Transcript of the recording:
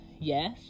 Yes